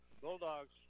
Bulldogs